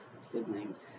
siblings